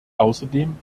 außerdem